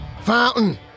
Fountain